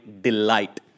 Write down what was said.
delight